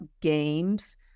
games